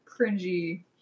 cringy